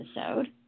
episode